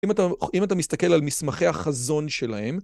אם אתה מסתכל על מסמכי החזון שלהם...